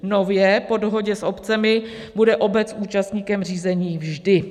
Nově po dohodě s obcemi bude obec účastníkem řízení vždy.